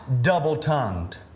double-tongued